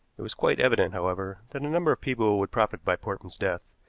it was quite evident, however, that a number of people would profit by portman's death,